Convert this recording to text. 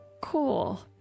cool